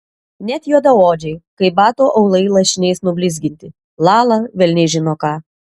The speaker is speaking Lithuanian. net juodaodžiai kaip batų aulai lašiniais nublizginti lala velniai žino ką